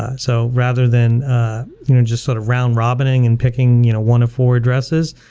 ah so rather than you know just sort of round robining and picking you know one of four dresses,